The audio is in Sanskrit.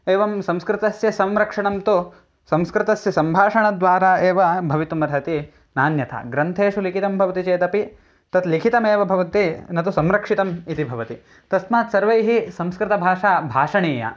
एवं संस्कृतस्य संरक्षणं तु संस्कृतस्य सम्भाषणद्वारा एव भवितुम् अर्हति नान्यथा ग्रन्थेषु लिखितं भवति चेदपि तत् लिखितमेव भवति न तु संरक्षितम् इति भवति तस्मात् सर्वैः संस्कृतभाषा भाषणीया